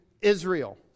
Israel